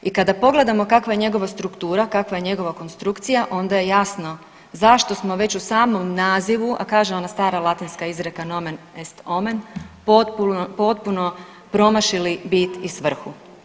I kada pogledamo kakva je njegova struktura, kakva je njegova konstrukcija onda je jasno zašto smo već u samom nazivu, a kaže ona stara latinska izreka nomen est omen, potpuno promašili bit i svrhu.